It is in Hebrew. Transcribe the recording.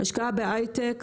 השקעה בהיי-טק,